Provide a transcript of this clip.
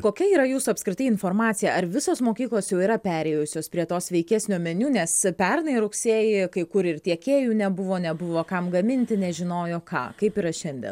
kokia yra jūsų apskritai informacija ar visos mokyklos jau yra perėjusios prie to sveikesnio meniu nes pernai rugsėjį kai kur ir tiekėjų nebuvo nebuvo kam gaminti nežinojo ką kaip yra šiandien